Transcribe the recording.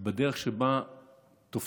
בדרך שבה תופסים